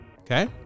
Okay